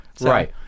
Right